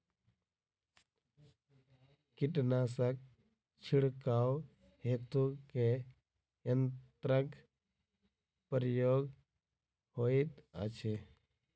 कीटनासक छिड़काव हेतु केँ यंत्रक प्रयोग होइत अछि?